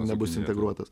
nebus integruotas